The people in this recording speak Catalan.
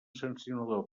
sancionador